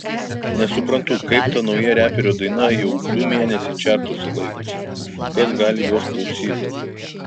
nesuprantu kaip ta nauja reperio daina jau du mėnesiai čertuose laikosi kas gali jos klausyt